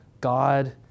God